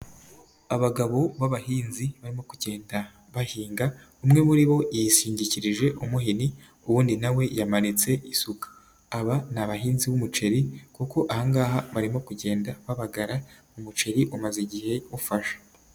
Abagabo b'abahinzi barimo kugenda bahinga, umwe muri bo yishingikirije umuhini, undi nawe yamanitse isuka, aba ni abahinzi b'umuceri, kuko ahangaha barimo kugenda babagara umuceri umaze igihe ufashe.